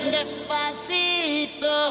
Despacito